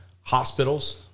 hospitals